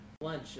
lunch